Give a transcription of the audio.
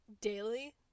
daily